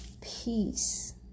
Peace